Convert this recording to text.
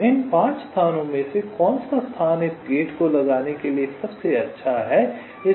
तो इन 5 स्थानों में से कौन सा स्थान इस गेट को लगाने के लिए सबसे अच्छा है